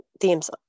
themes